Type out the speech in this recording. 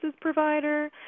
provider